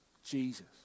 Jesus